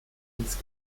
ins